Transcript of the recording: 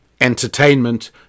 entertainment